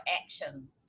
actions